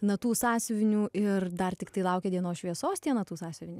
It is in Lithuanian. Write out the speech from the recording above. natų sąsiuvinių ir dar tiktai laukia dienos šviesos tie natų sąsiuviniai